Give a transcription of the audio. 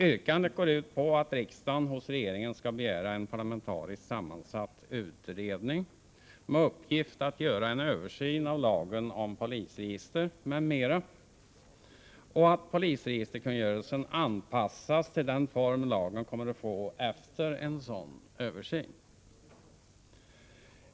Yrkandet går ut på att riksdagen hos regeringen skall begära en parlamentariskt sammansatt utredning med uppgift att göra en översyn av lagen om polisregister m.m. och att polisregisterkungörelsen anpassas till den form lagen kommer att få efter en översyn.